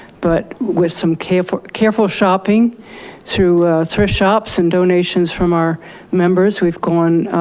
but with some careful careful shopping through thrift shops and donations from our members, we've gone